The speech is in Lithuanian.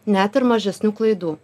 net ir mažesnių klaidų